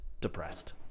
depressed